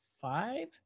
five